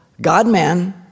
God-man